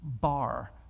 Bar